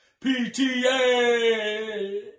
pta